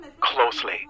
closely